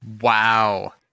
Wow